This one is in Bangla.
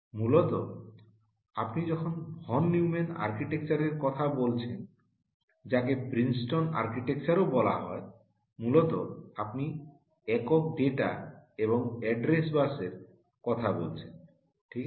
মূলত আপনি যখন ভন নিউমান আর্কিটেকচারের কথা বলছেন যাকে প্রিনস্টন আর্কিটেকচারও বলা হয় মূলত আপনি একক ডেটা এবং অ্যাড্রেস বাসের কথা বলছেন ঠিক আছে